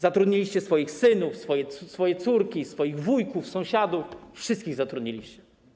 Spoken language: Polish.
Zatrudniliście swoich synów, swoje córki, swoich wujków, sąsiadów, wszystkich zatrudniliście.